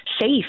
safe